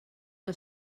que